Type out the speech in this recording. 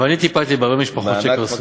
אבל טיפלתי בהרבה משפחות שקרסו.